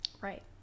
Right